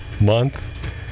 Month